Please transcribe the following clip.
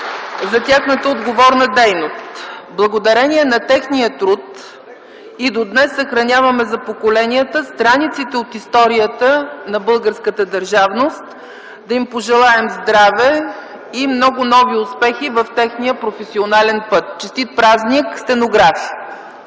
за тяхната отговорна дейност. (Ръкопляскания.) Благодарение на техния труд и до днес съхраняваме за поколенията страниците от историята на българската държавност. Да им пожелаем здраве и много нови успехи в техния професионален път! Честит празник, стенографи!